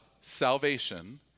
salvation